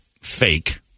fake